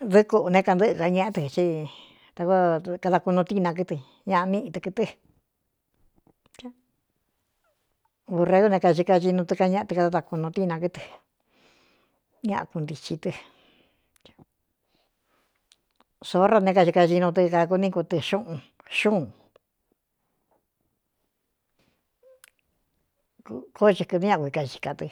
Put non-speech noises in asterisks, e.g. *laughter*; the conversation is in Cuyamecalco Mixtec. tɨdɨ́ kuꞌūne kantɨꞌɨ ka ñeꞌé tɨ ía kóokada kunuu tína kɨ ɨ ñaꞌa níꞌi tɨ kɨtɨ burregú né kaci kaxinu tɨ kañéꞌa tɨ kadáda kunu tína kɨ́ tɨ ña kuntici tɨ soó ra né kacikaxinu tɨ kākuní ku tɨ xuꞌun xuun *hesitation* kóó cɨkɨtɨ́ ñákui ka xika tɨ i